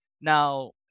Now